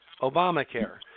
Obamacare